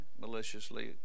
maliciously